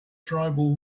tribal